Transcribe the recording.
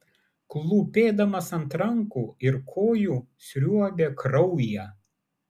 klūpėdamas ant rankų ir kojų sriuobė kraują